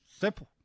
Simple